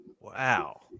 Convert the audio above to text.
Wow